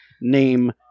name